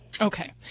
Okay